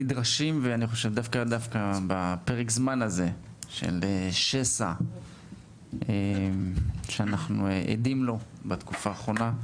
נדרשים דווקא בפרק הזמן של השסע שאנחנו עדים לו בתקופה האחרונה.